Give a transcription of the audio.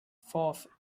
forth